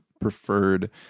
preferred